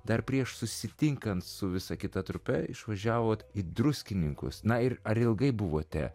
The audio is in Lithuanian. dar prieš susitinkant su visa kita trupe išvažiavot į druskininkus na ir ar ilgai buvote